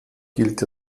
gilt